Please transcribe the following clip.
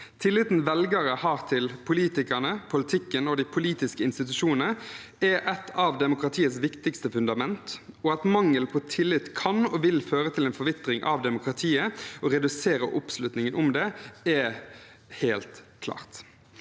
Tilliten velgerne har til politikerne, politikken og de politiske institusjonene, er et av demokratiets viktigste fundament, og at mangel på tillit kan og vil føre til en forvitring av demokratiet og redusere oppslutningen om det, er helt klart.